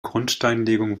grundsteinlegung